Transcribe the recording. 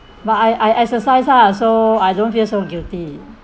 but I I exercise lah so I don't feel so guilty